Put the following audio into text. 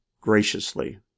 graciously